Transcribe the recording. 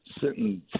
sitting